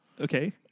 Okay